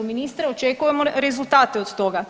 Ministre očekujemo rezultate od toga.